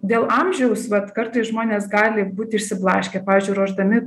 dėl amžiaus vat kartais žmonės gali būti išsiblaškę pavyzdžiui ruošdami